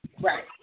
Right